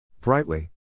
Brightly